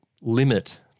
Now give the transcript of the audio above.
limit